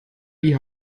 die